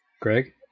greg